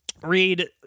read